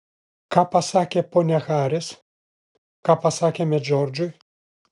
ką pasakė ponia haris ką pasakėme džordžui